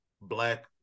black